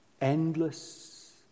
Endless